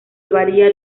varía